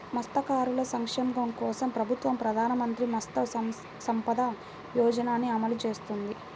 మత్స్యకారుల సంక్షేమం కోసం ప్రభుత్వం ప్రధాన మంత్రి మత్స్య సంపద యోజనని అమలు చేస్తోంది